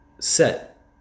set